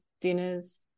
dinners